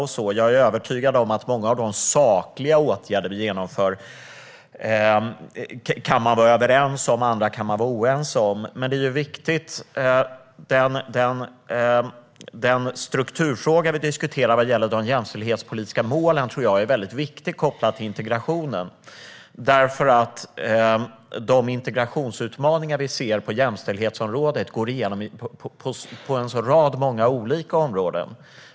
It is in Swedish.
Jag är övertygad om att vi kan vara överens om många av de sakliga åtgärder som genomförs och att vi kan vara oense om andra, men den strukturfråga vad gäller de jämställdhetspolitiska målen som vi diskuterar tror jag är väldigt viktig kopplat till integrationen. De integrationsutmaningar vi ser på jämställdhetsområdet går nämligen igen på en rad olika områden.